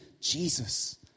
Jesus